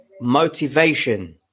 motivation